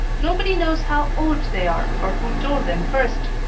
nobody knows how old they are, or who told them first.